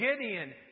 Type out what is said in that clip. Gideon